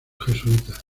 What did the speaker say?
jesuitas